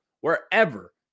wherever